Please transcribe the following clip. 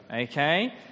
okay